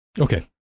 Okay